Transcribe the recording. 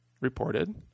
reported